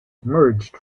merged